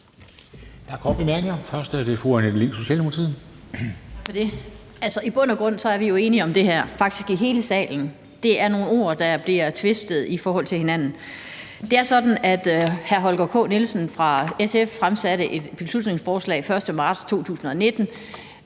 I bund og grund er vi jo enige om det her, og det gælder faktisk hele salen. Der er nogle ord, der bliver tvistet forskelligt. Det er sådan, at hr. Holger K. Nielsen fra SF fremsatte et beslutningsforslag den 1. marts 2019,